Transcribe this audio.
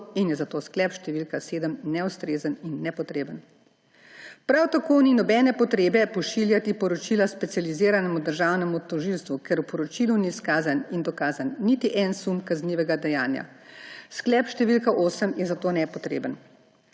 in je zato sklep št. 7 neustrezen in nepotreben. Prav tako ni nobene potrebe pošiljati poročila specializiranemu državnemu tožilstvu, ker v poročilu ni izkazan in dokazan niti en sum kaznivega dejanja. Sklep št. 8 je zato nepotreben.